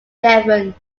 devon